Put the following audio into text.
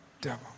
devil